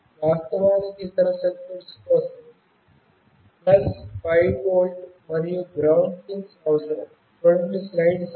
వాస్తవానికి ఇతర సర్క్యూట్ల కోసం 5 వోల్ట్ మరియు గ్రౌండ్ పిన్స్ అవసరం